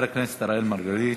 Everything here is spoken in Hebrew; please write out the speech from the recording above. חבר הכנסת אראל מרגלית.